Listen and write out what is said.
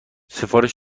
سفارش